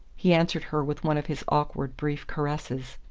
he answered her with one of his awkward brief caresses.